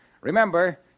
Remember